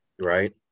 right